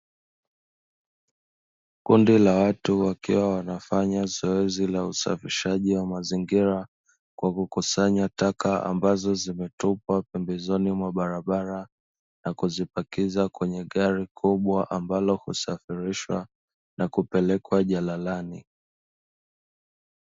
Kundi la watu, wakiwa wanafanya zoezi la usafishaji wa mazingira kwa kukusanya taka ambazo zimetupwa pembezoni mwa barabara, na kuzipakiza kwenye gari kubwa ambalo husafirishwa na kupelekwa jalalani.